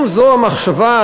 אם זאת המחשבה,